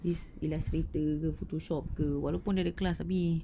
this illustrator ke photoshop ke walaupun ada class tapi